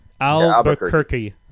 Albuquerque